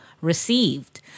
received